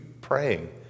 praying